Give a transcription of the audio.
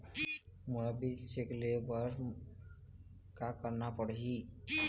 मोला bill check ले हे बर का करना पड़ही ही?